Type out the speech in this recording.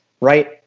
right